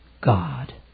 God